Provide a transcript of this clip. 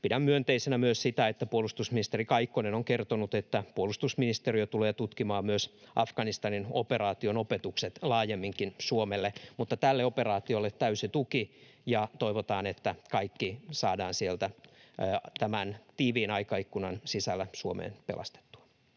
Pidän myönteisenä myös sitä, että puolustusministeri Kaikkonen on kertonut, että puolustusministeriö tulee tutkimaan myös Afganistanin operaation opetukset Suomelle laajemminkin. Tälle operaatiolle täysi tuki, ja toivotaan, että kaikki saadaan sieltä tämän tiiviin aikaikkunan sisällä Suomeen pelastettua.